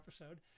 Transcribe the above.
episode